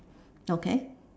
okay